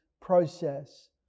process